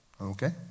Okay